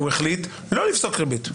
והוא החליט לא לפסוק ריבית.